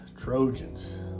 trojans